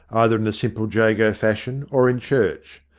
either in the simple jago fashion or in church.